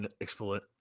exploit